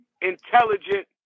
intelligent